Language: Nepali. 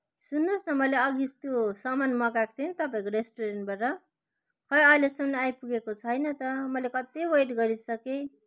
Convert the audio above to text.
सुन्नुहोस् न मैले अघि त्यो सामान मगाएको थिएँ नि तपाईँको रेस्टुरेन्टबाट खै अहिलेसम्म आइपुगेको छैन त मैले कत्ति वेट गरिसकेँ